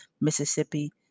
Mississippi